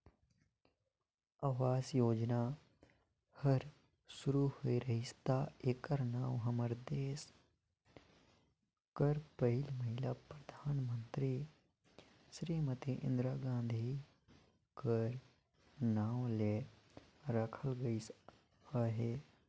आवास योजना हर सुरू होए रहिस ता एकर नांव हमर देस कर पहिल महिला परधानमंतरी सिरीमती इंदिरा गांधी कर नांव ले राखल गइस अहे